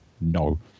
no